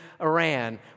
Iran